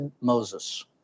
Moses